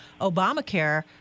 Obamacare